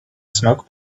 smoke